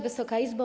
Wysoka Izbo!